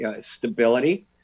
stability